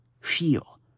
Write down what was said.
feel